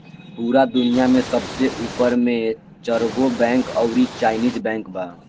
पूरा दुनिया में सबसे ऊपर मे चरगो बैंक अउरी चाइनीस बैंक बा